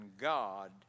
God